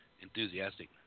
Enthusiastic